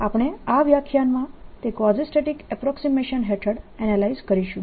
આપણે આ વ્યાખ્યાનમાં તે કવાઝીસ્ટેટીક અપ્રોક્સીમેશન હેઠળ એનાલાઈઝ કરીશું